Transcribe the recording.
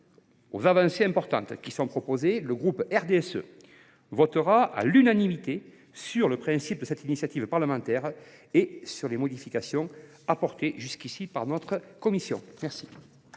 aux avancées importantes qui sont proposées, le groupe RDSE votera à l’unanimité le principe de cette initiative parlementaire et les modifications apportées jusqu’ici par notre commission. La